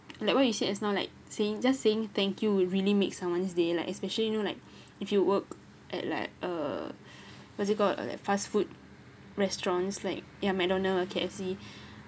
like what you said just now like saying just saying thank you will really make someone's day like especially you know like if you work at like uh what is it called like fast food restaurants like ya McDonald's or K_F_C